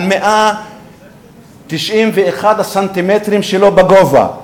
על 191 הסנטימטרים שלו בגובה,